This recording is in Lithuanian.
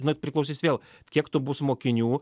nu priklausys vėl kiek tų bus mokinių